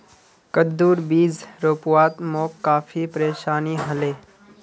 कद्दूर बीज रोपवात मोक काफी परेशानी ह ले